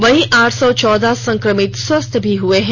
वहीं आठ सौ चौदह संक्रमित स्वस्थ भी हुए है